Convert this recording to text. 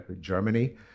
Germany